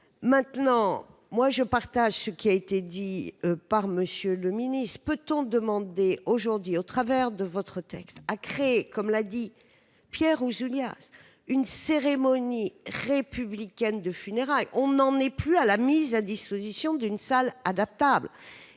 maintenant moi je partage ce qui a été dit par monsieur le ministre, peut-on demander aujourd'hui au travers de votre texte à créer, comme l'a dit Pierre Ouzoulias une cérémonie républicaine de funérailles, on n'en est plus à la mise à disposition d'une salle adaptable